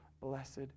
blessed